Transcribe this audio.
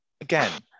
again